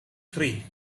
free